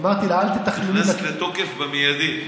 נכנסת לתוקף במיידי.